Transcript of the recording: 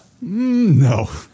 No